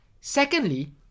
Secondly